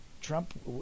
Trump